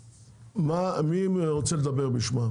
מי רוצה לדבר בשמם?